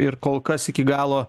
ir kol kas iki galo